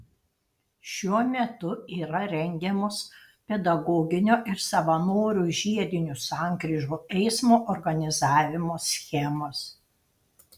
šiuo metu yra rengiamos pedagoginio ir savanorių žiedinių sankryžų eismo organizavimo schemos